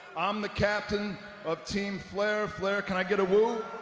i'm the captain of team flare. flare can i get a woo?